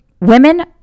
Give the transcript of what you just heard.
Women